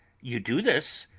you do this,